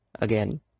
again